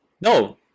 No